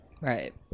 right